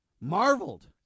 marveled